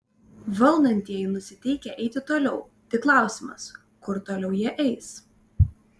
valdantieji nusiteikę eiti toliau tik klausimas kur toliau jie eis